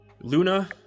Luna